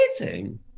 amazing